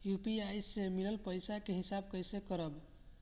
UPI से मिलल पईसा के हिसाब कइसे करब?